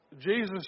Jesus